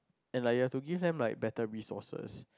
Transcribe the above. and like you have to give them like better resources